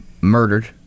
murdered